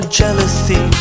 jealousy